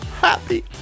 happy